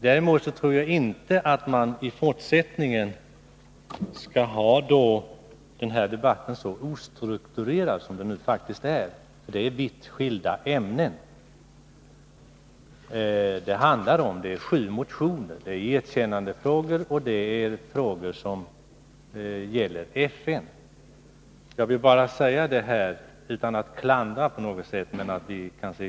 Däremot tror jag inte att man i fortsättningen skall föra debatten så ostrukturerat som det nu faktiskt måste bli; den rör vitt skilda ämnen. Den gäller sju motioner i erkännandefrågor och frågor som gäller FN. Jag vill bara säga detta utan att på något sätt klandra utskottet.